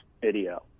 video